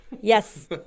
Yes